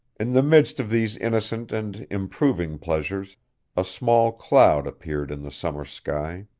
in the midst of these innocent and improving pleasures a small cloud appeared in the summer sky.